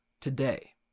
today